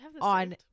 on